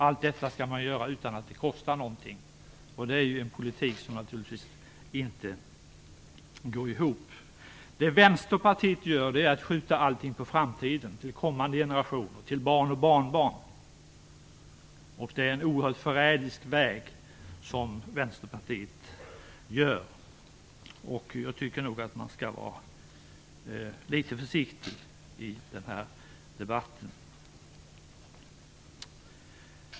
Allt detta skall man göra utan att det kostar någonting. Det är en politik som naturligtvis inte går ihop. Vänsterpartiet skjuter allt på framtiden till kommande generationer, till barn och barnbarn. Det är en oerhört förrädisk väg. Jag tycker nog att man skall vara litet försiktig i den här debatten.